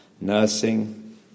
nursing